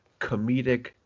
comedic